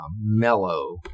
mellow